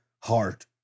heart